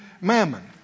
mammon